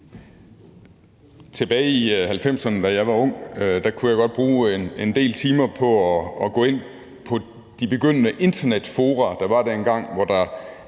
Tilbage i 1990'erne, da jeg var ung, kunne jeg godt bruge en del timer på at gå ind på de begyndende internetfora, der var dengang. Det var